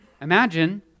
imagine